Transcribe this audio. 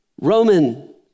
Roman